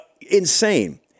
Insane